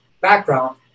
background